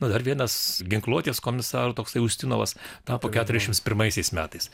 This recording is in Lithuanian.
nu dar vienas ginkluotės komisarų toksai ustinovas tapo keturiasdešimt pirmaisiais metais